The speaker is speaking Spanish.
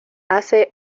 hace